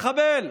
מחבל,